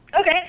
okay